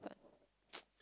but